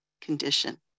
condition